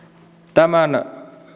tämän